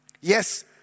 Yes